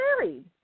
married